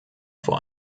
vor